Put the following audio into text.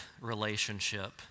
relationship